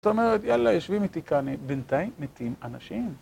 זאת אומרת, יאללה, יושבים איתי כאן, בינתיים מתים אנשים.